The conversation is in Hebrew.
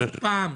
אף פעם לא.